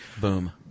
Boom